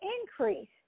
increase